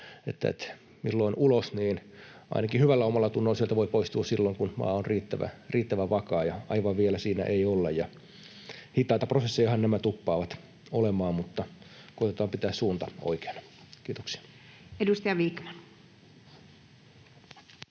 milloin ulos. Ainakin sieltä voi hyvällä omallatunnolla poistua silloin, kun maa on riittävä vakaa. Aivan vielä siinä ei olla. Hitaita prosessejahan nämä tuppaavat olemaan, mutta koetetaan pitää suunta oikeana. — Kiitoksia. Edustaja Vikman.